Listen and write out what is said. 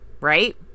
right